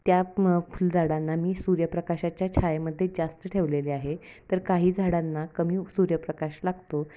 त्या फुलझाडांना मी सूर्यप्रकाशाच्या छायेमध्ये जास्त ठेवलेले आहे तर काही झाडांना कमी सूर्यप्रकाश लागतो